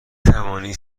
توانید